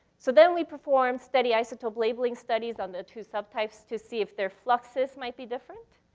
so then we performed steady isotope labeling studies on the two subtypes to see if their fluxes might be different.